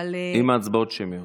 עם הצבעות שמיות.